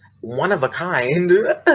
one-of-a-kind